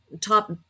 top